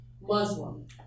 Muslim